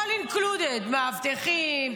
all included: מאבטחים,